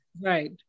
Right